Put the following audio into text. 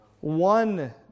one